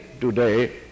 today